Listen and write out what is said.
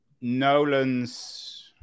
Nolan's